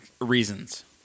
reasons